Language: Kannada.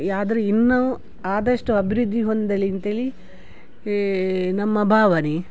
ಆದ್ರು ಇನ್ನೂ ಆದಷ್ಟು ಅಭಿವೃದ್ಧಿ ಹೊಂದಲಿ ಅಂತೇಳಿ ನಮ್ಮ ಭಾವನೆ